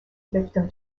victim